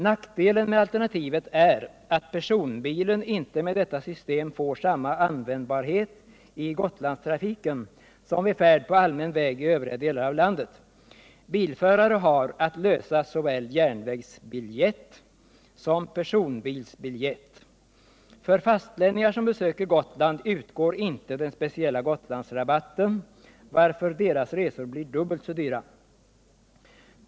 Nackdelen med alternativet är att personbilen inte med detta system får samma användbarhet i Gotlandstrafiken som vid färd på allmän väg i övriga delar av landet. Bilförare har att lösa såväl ”järnvägsbiljett” som ”personbilsbiljett”. För fastlänningar som besöker Gotland utgår inte den speciella Gotlandsrabatten, varför deras resor blir dubbelt så dyra.